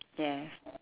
yes